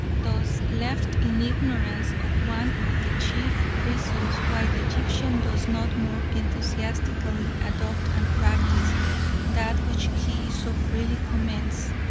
thus, left in ignorance of one of the chief reasons why the egyptian does not more enthusiastically adopt and practise that which he so freely commends,